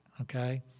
okay